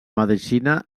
medicina